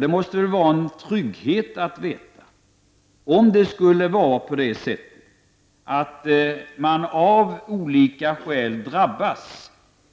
Det måste väl vara en trygghet att veta att om det skulle bli fråga